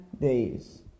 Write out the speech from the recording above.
days